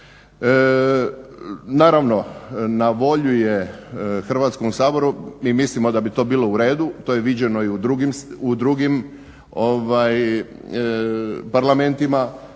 Naravno, na volju je Hrvatskom saboru. Mi smislimo da bi to bilo u redu, to je viđeno i u drugim Parlamentima.